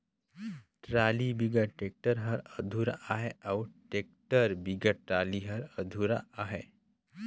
trolley बिगर tractor हर अधुरा अहे अउ टेक्टर बिगर टराली हर अधुरा अहे